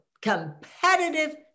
competitive